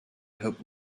hope